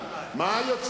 להגדיל את הממשלה,